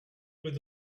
with